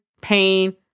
pain